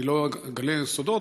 לא אגלה סודות,